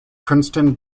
princeton